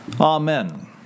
Amen